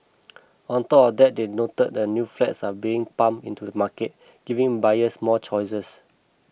on top of that they noted that new flats are being pumped into the market giving buyers more choices